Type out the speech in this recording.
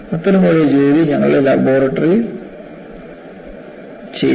അത്തരമൊരു ജോലി ഞങ്ങളുടെ ലബോറട്ടറിയിൽ ചെയ്തു